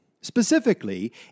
Specifically